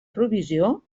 provisió